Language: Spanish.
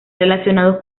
relacionado